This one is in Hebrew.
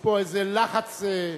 מצביע משולם נהרי, מצביע אורית נוקד,